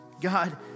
God